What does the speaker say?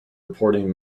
reporting